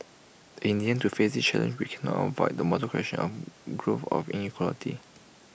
in the end to face this challenge we cannot avoid the moral question of grow of inequality